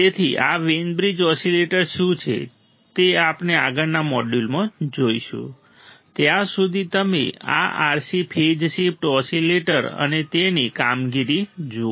તેથી Wien bridge oscillator શું છે તે આપણે આગળના મોડ્યુલમાં જોઈશું ત્યાં સુધી તમે આ RC ફેઝ શિફ્ટ ઓસીલેટર અને તેની કામગીરી જુઓ